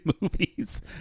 movies